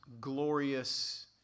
glorious